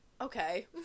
okay